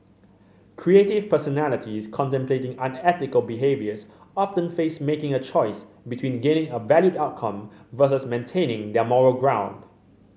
creative personalities contemplating unethical behaviours often face making a choice between gaining a valued outcome versus maintaining their moral ground